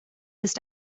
ist